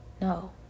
no